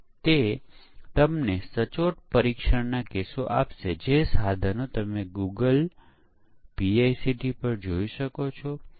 હવે એકમ પરીક્ષણમાં આપણે દરેક એકમોને અલગતામાં ચકાસીએ છીએ